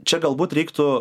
čia galbūt reiktų